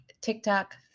TikTok